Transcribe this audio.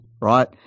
right